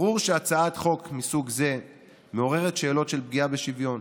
ברור שהצעת חוק מסוג זה מעוררת שאלות של פגיעה בשוויון